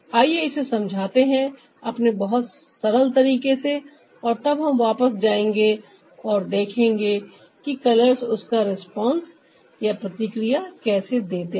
आइए इसे समझाते हैं अपने बहुत सरल से तरीके से और तब हम वापस जाएंगे और देखेंगे कि कलर्स उसका रिस्पॉन्स कैसे देते हैं